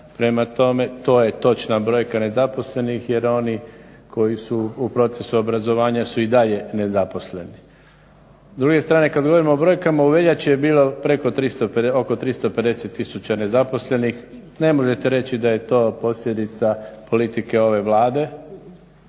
Prema tome, to je točna brojka nezaposlenih. Jer oni koji su u procesu obrazovanja su i dalje nezaposleni. S druge strane kad govorimo o brojkama u veljači je bilo oko 350000 nezaposlenih. Ne možete reći da je to posljedica politike ove Vlade,